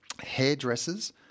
Hairdressers